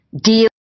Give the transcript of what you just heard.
deal